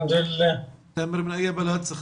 אני מסכנין,